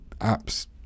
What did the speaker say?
apps